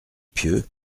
pieux